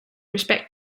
respect